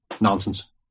Nonsense